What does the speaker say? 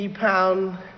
pound